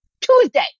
Tuesday